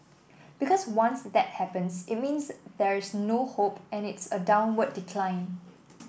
because once that happens it means there is no hope and it's a downward decline